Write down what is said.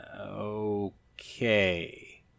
Okay